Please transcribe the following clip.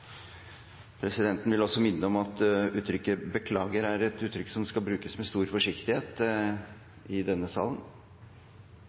Presidenten vil minne om at uttrykket «beklager» er et uttrykk som skal brukes med stor forsiktighet